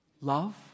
love